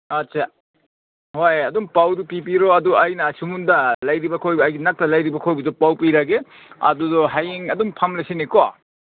ꯑꯠꯆꯥ ꯍꯣꯏ ꯑꯗꯨꯝ ꯄꯥꯎꯗꯨ ꯄꯤꯕꯤꯔꯣ ꯑꯗꯨ ꯑꯩꯅ ꯁꯣꯝꯗ ꯂꯩꯔꯤꯕ ꯈꯣꯏꯕꯨ ꯑꯩꯒꯤ ꯅꯥꯛꯇ ꯂꯩꯔꯤꯕ ꯈꯣꯏꯕꯨꯗꯨ ꯄꯥꯎ ꯄꯤꯔꯒꯦ ꯑꯗꯨꯗꯣ ꯍꯌꯦꯡ ꯑꯗꯨꯝ ꯐꯝꯂꯁꯤꯅꯦꯀꯣ